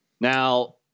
Now